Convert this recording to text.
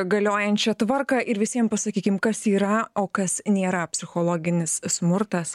galiojančią tvarką ir visiem pasakykim kas yra o kas nėra psichologinis smurtas